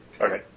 Okay